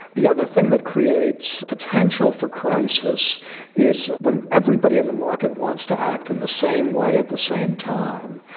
the other thing that creates the potential for crisis is when everybody in the market wants to act in the same way at the same time.